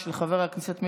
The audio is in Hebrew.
התש"ף 2020,